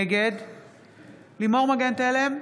נגד לימור מגן תלם,